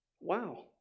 wow